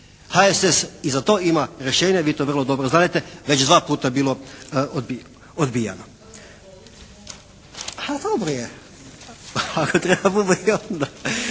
HSS i za to ima rješenja i vi to vrlo dobro znadete. Već dva puta je bilo odbijano.